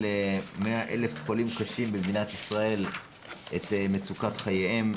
100,000 חולים קשים במדינת ישראל את מצוקת חייהם,